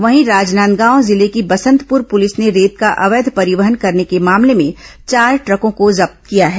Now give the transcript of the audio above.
वहीं राजनांदगांव जिले की बसंतपुर पुलिस ने रेत का अवैध परिवहन करने के मामले में चार ट्रकों को जब्त किया है